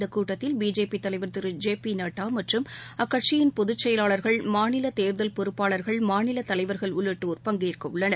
இந்தக் கூட்டத்தில் பிஜேபி தலைவர் திரு ஜே பி நட்டா மற்றும் அக்கட்சியின் பொதுச்செயலாளர்கள் மாநில தேர்தல் பொறுப்பாளர்கள் மாநில தலைவர்கள் உள்ளிட்டோர் பங்கேற்க உள்ளனர்